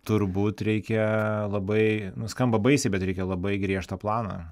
turbūt reikia labai nu skamba baisiai bet reikia labai griežtą planą